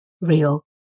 real